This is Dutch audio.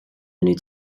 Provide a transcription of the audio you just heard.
menu